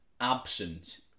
absent